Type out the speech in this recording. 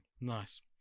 nice